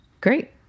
Great